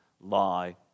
lie